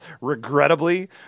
regrettably